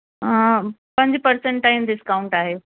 पंज पर्सेंट ताईं डिस्काउंट आहे